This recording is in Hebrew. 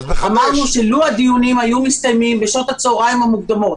שלו הדיונים היו מסתיימים בשעות הצהריים המוקדמות